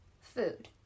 food